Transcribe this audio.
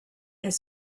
est